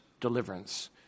deliverance